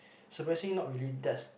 surprisingly not really that's